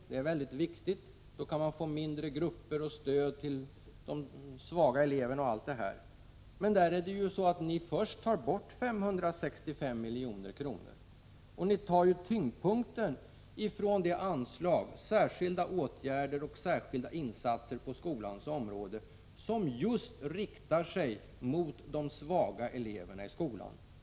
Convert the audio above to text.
Det är väldigt viktigt, då kan man få mindre grupper, stöd till de svaga eleverna och allt sådant. Men först tar ni bort 565 milj.kr., och ni tar huvuddelen från det anslag för särskilda insatser och särskilda åtgärder på skolans område som just riktar sig mot de svaga eleverna i skolan.